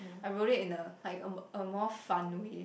I wrote it in a like a a more fun way